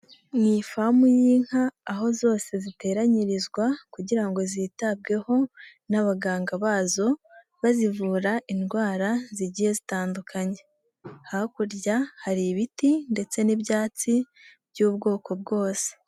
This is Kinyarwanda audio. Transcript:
Ni ifamu y'inka aho zose ziteranyirizwa kugira ngo zitabweho n'abaganga bazo bazivura indwara zigiye zitandukanye, hakurya hari ibiti ndetse n'ibyatsi by'ubwoko bwose.